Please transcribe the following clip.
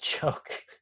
joke